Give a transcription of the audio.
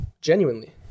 genuinely